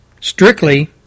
strictly